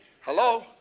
Hello